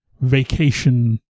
vacation